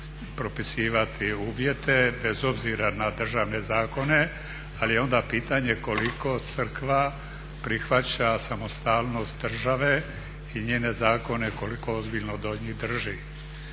propisivati uvjete bez obzira na državne zakone ali je onda pitanje koliko crkva prihvaća samostalnost države i njene zakone, koliko ozbiljno do njih drži.